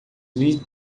lhe